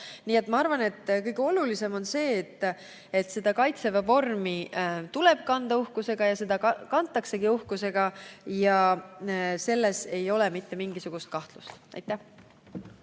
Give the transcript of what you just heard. Ma arvan, et kõige olulisem on see, et Kaitseväe vormi tuleb kanda uhkusega ja seda kantaksegi uhkusega. Selles ei ole mitte mingisugust kahtlust. Aitäh!